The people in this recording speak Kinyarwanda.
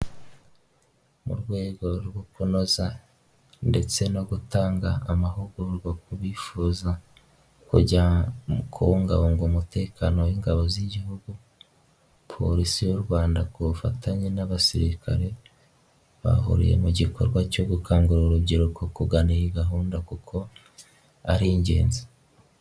Mu rwego rwo kunoza ndetse no gutanga amahugurwa ku bifuza kujya mu kubungabunga umutekano w'ingabo z'igihugu, polisi y'u Rwanda ku bufatanye n'abasirikare, bahuriye mu gikorwa cyo gukangurira urubyiruko kugana iyi gahunda kuko ari ingenzi.